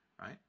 Right